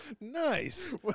nice